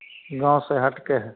गाँव से हटके है